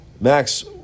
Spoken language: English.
Max